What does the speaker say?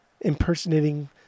impersonating